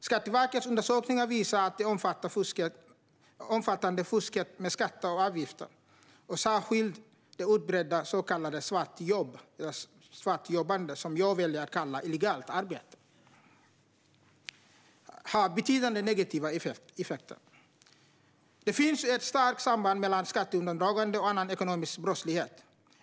Skatteverkets undersökningar visar att det omfattande fusket med skatter och avgifter, och särskilt det utbredda så kallade svartjobbandet, som jag väljer att kalla illegalt arbete, har betydande negativa effekter. Det finns ett starkt samband mellan skatteundandragande och annan ekonomisk brottslighet.